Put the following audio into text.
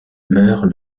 meurt